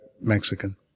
Mexican